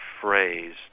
phrase